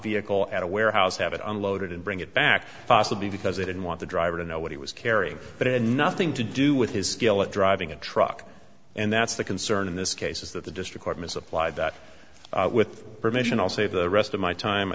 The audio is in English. vehicle at a warehouse have it unloaded and bring it back possibly because they didn't want the driver to know what he was carrying but it had nothing to do with his skill at driving a truck and that's the concern in this case is that the district court misapplied that with permission i'll save the rest of my time